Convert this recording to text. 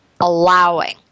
allowing